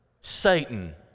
Satan